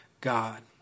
God